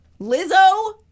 Lizzo